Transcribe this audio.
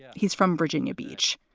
yeah he's from virginia beach.